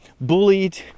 bullied